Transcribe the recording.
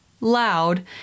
loud